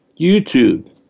YouTube